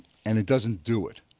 and it doesn't do it.